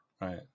Right